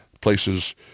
places